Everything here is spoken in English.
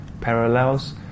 parallels